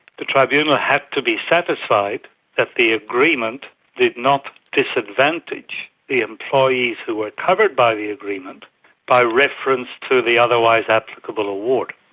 the tribunal had to be satisfied that the agreement did not disadvantage the employees who were covered by the agreement by reference to the otherwise applicable award.